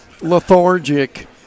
lethargic